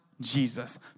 Jesus